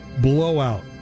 Blowout